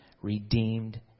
redeemed